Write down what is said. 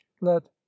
let